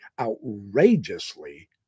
outrageously